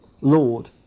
Lord